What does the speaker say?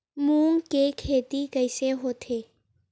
मूंग के खेती कइसे होथे?